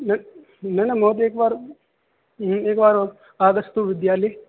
न न न महोदय एकवारं एकवारं आगच्छतु विद्यालये